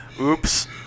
Oops